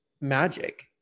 magic